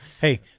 Hey